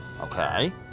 Okay